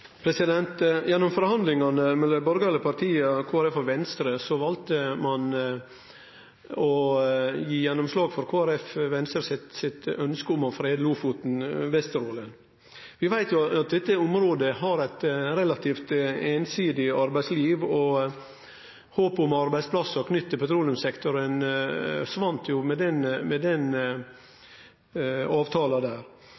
Gjennom forhandlingane mellom dei borgarlege partia og Kristeleg Folkeparti og Venstre valde man å gi gjennomslag for Kristeleg Folkeparti og Venstre sitt ønske om å frede Lofoten og Vesterålen. Vi veit at dette området har eit relativt einsidig arbeidsliv, og håpet om arbeidsplassar knytt til petroleumssektoren svann med den avtala. Det